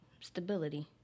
stability